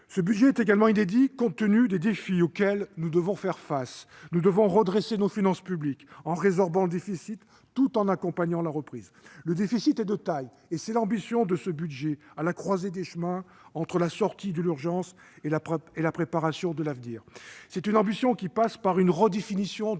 Ce budget est inédit, également, compte tenu des défis auxquels nous devons faire face. Nous devons redresser nos finances publiques en résorbant le déficit, tout en accompagnant la reprise. Le défi est de taille ; là est toute l'ambition de ce budget, à la croisée des chemins entre la sortie de l'urgence et la préparation de l'avenir. Cette ambition passe par une redéfinition de